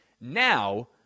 Now